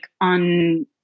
on